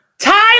Tyler